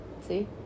See